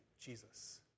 Jesus